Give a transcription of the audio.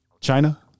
China